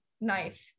knife